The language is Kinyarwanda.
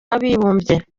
w’abibumbye